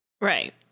Right